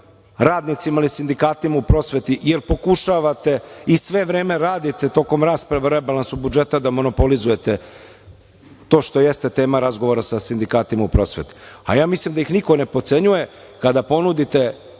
radnicima ili sindikatima u prosvetu jer pokušavate i sve vreme radite tokom rasprave o rebalansu budžeta da monopolizujete to što jeste tema razgovora sa sindikata u prosveti. Ja mislim da ih niko ne potcenjuje kada ponudite